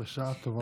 בשעה טובה ומוצלחת.